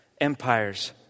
empires